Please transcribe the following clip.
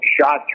shot